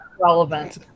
relevant